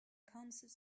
concert